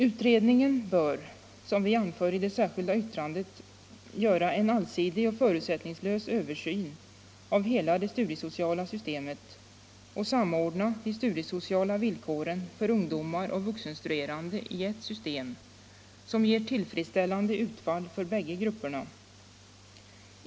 Utredningen bör, som vi anför i det särskilda yttrandet, göra en allsidig och förutsättningslös översyn av hela det studiesociala systemet och samordna de studiesociala villkoren för ungdomar och vuxenstuderande i ett system som ger tillfredsställande utfall för bägge grupperna.